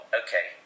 okay